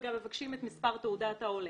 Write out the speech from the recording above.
וגם מבקשים את מספר תעודת העולה,